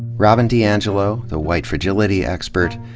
robin diangelo, the white fragility expert,